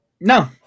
No